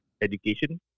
education